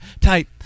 type